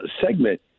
segment